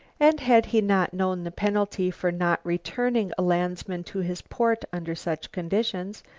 and had he not known the penalty for not returning a landsman to his port under such conditions,